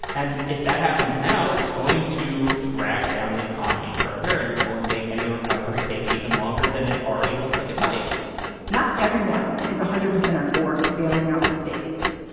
and if that happens now, it's going to drag down the economy further and it's going to make any recovery take even longer than it already looks like it might not everyone is one hundred percent on board with bailing out the states.